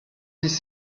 dix